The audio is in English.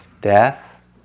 Death